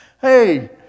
hey